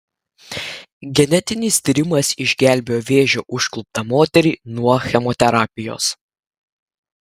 genetinis tyrimas išgelbėjo vėžio užkluptą moterį nuo chemoterapijos